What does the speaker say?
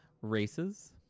races